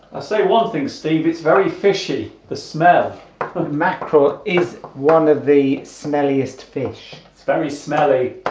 ah say one thing steve it's very fishy the smell but macro is one of the smelliest fish it's very smelly